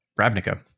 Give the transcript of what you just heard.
Ravnica